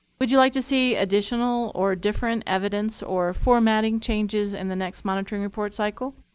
would you like to see additional or different evidence or formatting changes in the next monitoring report cycle?